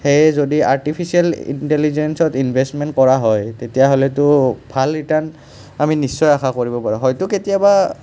সেয়ে যদি আৰ্টিফিচিয়েল ইণ্টেলিজেন্সত ইনভেচমেণ্ট কৰা হয় তেতিয়াহ'লেতো ভাল ৰিটাৰ্ণ আমি নিশ্চয় আশা কৰিব পাৰোঁ হয়তো কেতিয়াবা